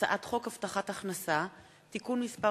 הצעת חוק הבטחת הכנסה (תיקון מס'